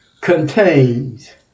contains